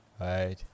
right